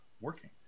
working